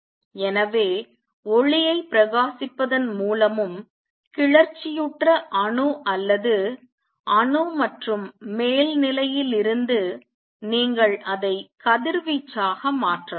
எனவே ஒளியைப் பிரகாசிப்பதன் மூலமும் கிளர்ச்சியுற்ற அணு அல்லது அணு மற்றும் மேல் நிலையில் இருந்து நீங்கள் அதை கதிர்வீச்சாக மாற்றலாம்